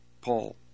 Paul